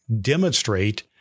demonstrate